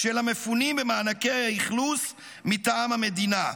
של המפונים במענקי האכלוס מטעם המדינה,